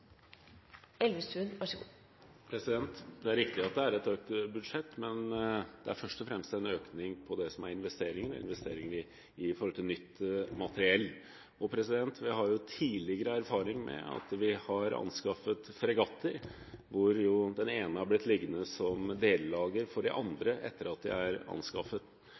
Det er riktig at det er et økt budsjett, men det er først og fremst en økning på det som er investeringer i nytt materiell. Vi har tidligere erfaring med at vi har anskaffet fregatter hvor én har blitt liggende som delelager for de andre, etter at de er anskaffet.